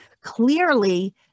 Clearly